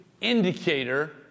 indicator